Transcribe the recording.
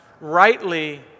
rightly